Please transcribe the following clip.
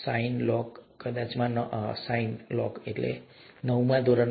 sine log કદાચ નવમું ધોરણ